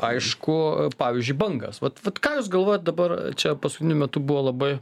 aišku pavyzdžiui bangas vat vat ką jūs galvojat dabar čia paskutiniu metu buvo labai